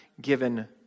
given